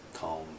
calm